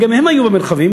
וגם הם היו במרחביות,